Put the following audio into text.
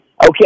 Okay